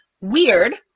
weird